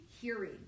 hearing